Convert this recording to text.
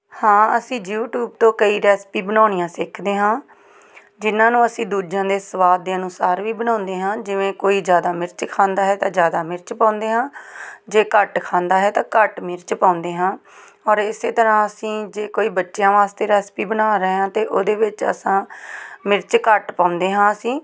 ਹਾਂ ਅਸੀਂ ਯੂਟਿਊਬ ਤੋਂ ਕਈ ਰੈਸਪੀ ਬਣਾਉਣੀਆਂ ਸਿੱਖਦੇ ਹਾਂ ਜਿਨ੍ਹਾਂ ਨੂੰ ਅਸੀਂ ਦੂਜਿਆਂ ਦੇ ਸਵਾਦ ਦੇ ਅਨੁਸਾਰ ਵੀ ਬਣਾਉਂਦੇ ਹਾਂ ਜਿਵੇਂ ਕੋਈ ਜ਼ਿਆਦਾ ਮਿਰਚ ਖਾਂਦਾ ਹੈ ਤਾਂ ਜ਼ਿਆਦਾ ਮਿਰਚ ਪਾਉਂਦੇ ਹਾਂ ਜੇ ਘੱਟ ਖਾਂਦਾ ਹੈ ਤਾਂ ਘੱਟ ਮਿਰਚ ਪਾਉਂਦੇ ਹਾਂ ਔਰ ਇਸ ਤਰ੍ਹਾਂ ਅਸੀਂ ਜੇ ਕੋਈ ਬੱਚਿਆਂ ਵਾਸਤੇ ਰੈਸਪੀ ਬਣਾ ਰਹੇ ਹਾਂ ਅਤੇ ਉਹਦੇ ਵਿੱਚ ਅਸੀਂ ਮਿਰਚ ਘੱਟ ਪਾਉਂਦੇ ਹਾਂ ਅਸੀਂ